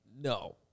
No